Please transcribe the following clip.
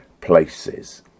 places